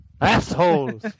Assholes